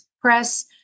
press